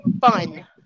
fun